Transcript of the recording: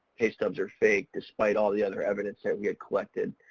pay stubs are fake despite all the other evidence that we had collected,